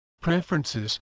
preferences